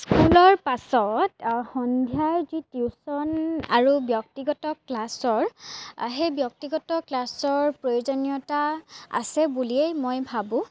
স্কুলৰ পাছত সন্ধিয়া যি টিউশ্যন আৰু ব্যক্তিগত ক্লাছৰ সেই ব্যক্তিগত ক্লাছৰ প্ৰয়োজনীয়তা আছে বুলিয়েই মই ভাবো